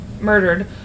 murdered